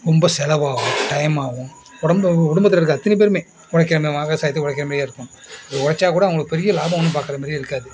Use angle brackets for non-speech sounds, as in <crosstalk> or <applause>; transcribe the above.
ரொம்ப செலவாகும் டைம்மாகும் குடும்ப குடும்பத்தில் இருக்கிற அத்தினை பேரும் உழைக்கிற <unintelligible> விவசாயத்துக்கு உழைக்கிற மாரியே இருக்கும் அப்படி உழச்சா கூட அவங்களுக்கு பெரிய லாபம் ஒன்றும் பார்க்குற மாதிரியே இருக்காது